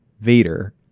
Vader